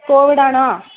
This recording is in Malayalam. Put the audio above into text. കോവിഡ് ആണോ